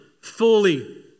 fully